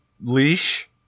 leash